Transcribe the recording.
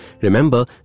Remember